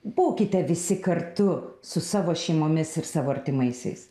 būkite visi kartu su savo šeimomis ir savo artimaisiais